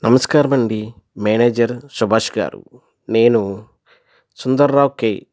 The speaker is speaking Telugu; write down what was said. నమస్కారము అండి మేనేజర్ సుభాష్ గారు నేను సుందర్రావు కే